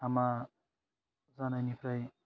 हामा जानायनिफ्राय